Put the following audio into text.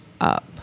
up